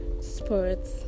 sports